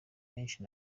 menshi